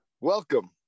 Welcome